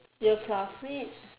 your classmate